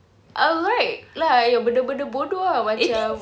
all right lah yang benda-benda bodoh ah macam